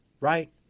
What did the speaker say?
right